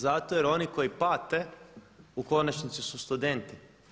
Zato jer oni koji pate u konačnici su studenti.